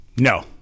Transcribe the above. No